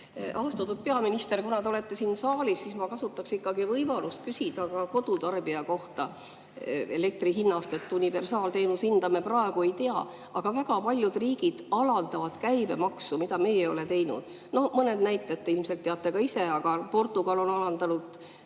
Austatud peaminister! Kuna te olete siin saalis, siis ma kasutaksin võimalust küsida ka kodutarbijate kohta. Elektri universaalteenuse hinda me praegu ei tea. Aga väga paljud riigid alandavad käibemaksu, mida meie ei ole teinud. No mõned näited, ilmselt teate neid ka ise. Portugal on alandanud